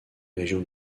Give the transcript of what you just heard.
régions